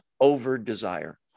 over-desire